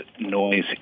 noise